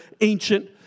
ancient